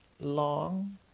long